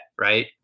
right